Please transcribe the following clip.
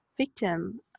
victim